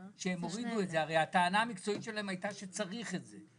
הרי הטענה המקצועית שלהם הייתה שצריך את זה.